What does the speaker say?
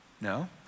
No